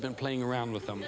been playing around with them